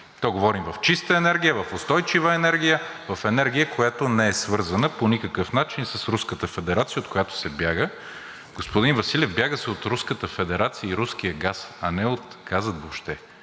то говорим в чиста енергия, в устойчива енергия, в енергия, която не е свързана по никакъв начин с Руската федерация, от която се бяга. Господин Василев, бяга се от Руската федерация и руския газ, а не от газа въобще.